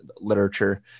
literature